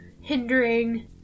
hindering